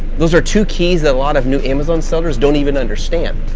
those are two keys that a lot of new amazon sellers don't even understand.